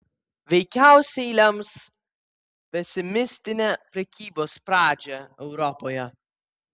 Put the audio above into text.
veikiausiai lems pesimistinę prekybos pradžią europoje